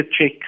check